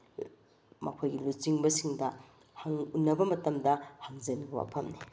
ꯃꯈꯣꯏꯒꯤ ꯂꯨꯆꯤꯡꯕꯁꯤꯡꯗ ꯎꯟꯅꯕ ꯃꯇꯝꯗ ꯍꯪꯖꯅꯤꯡꯕ ꯋꯥꯐꯝꯅꯤ